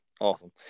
Awesome